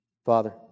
Father